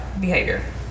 behavior